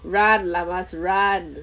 run llamas run